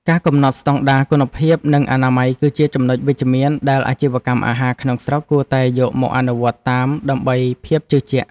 ការកំណត់ស្តង់ដារគុណភាពនិងអនាម័យគឺជាចំណុចវិជ្ជមានដែលអាជីវកម្មអាហារក្នុងស្រុកគួរតែយកមកអនុវត្តតាមដើម្បីភាពជឿជាក់។